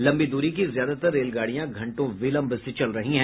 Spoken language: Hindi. लंबी दूरी की ज्यादातर रेलगाड़ियां घंटो विलंब से चल रही हैं